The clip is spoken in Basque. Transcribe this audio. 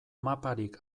maparik